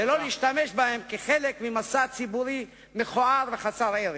ולא להשתמש בהם כחלק ממסע ציבורי מכוער וחסר ערך.